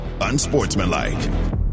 Unsportsmanlike